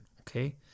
okay